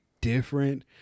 different